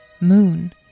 Moon